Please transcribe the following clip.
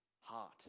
heart